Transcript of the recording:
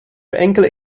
enkele